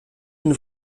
une